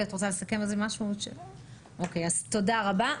תודה רבה.